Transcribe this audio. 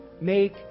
make